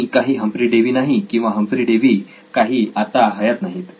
मी काही Humphry Davy नाही किंवा हम्फ्री डेवी काही आता हयात नाहीत